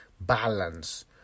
balance